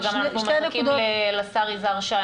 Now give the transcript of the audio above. וגם אנחנו מחכים לשר יזהר שי,